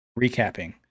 recapping